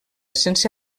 sense